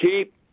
Keep